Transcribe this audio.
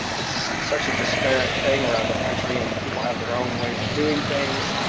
it's such a disparate thing around the country, and people have their own ways of doing things.